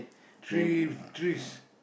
three trees